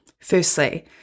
Firstly